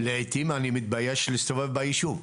לעיתים אני מתבייש להסתובב בישוב.